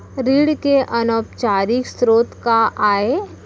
ऋण के अनौपचारिक स्रोत का आय?